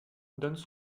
donnent